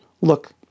Look